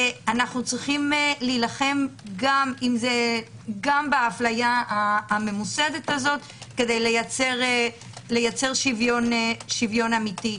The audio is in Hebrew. אנחנו צריכים להילחם גם בהפליה הממוסדת הזאת כדי לייצר שוויון אמיתי.